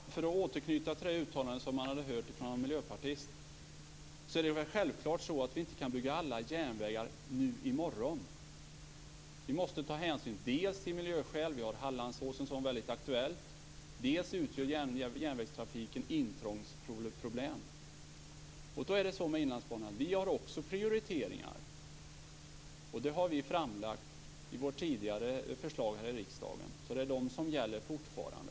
Fru talman! För att återknyta till det uttalande som Johnny Gylling hade hört från en miljöpartist vill jag säga att vi självklart inte kan bygga alla järnvägar i morgon. Vi måste dels ta hänsyn till miljöskäl; vi har Hallandsåsen som är mycket aktuell. Dels utgör järnvägstrafiken intrångsproblem. Då är det så med Inlandsbanan att vi också har prioriteringar. Det har vi framlagt i våra tidigare förslag här i riksdagen. Det är de som gäller fortfarande.